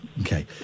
Okay